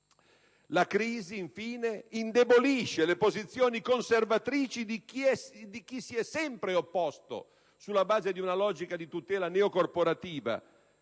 la crisi, infine, indebolisce le posizioni conservatrici di chi si è sempre opposto, sulla base di una logica di tutela neocorporativa